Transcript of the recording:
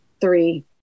three